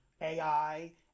AI